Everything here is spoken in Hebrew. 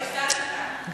חבר הכנסת גפני, הפסדת.